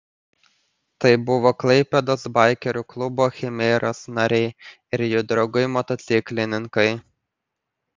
tai buvo klaipėdos baikerių klubo chimeras nariai ir jų draugai motociklininkai